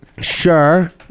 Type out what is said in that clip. Sure